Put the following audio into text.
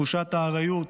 תחושת ארעיות,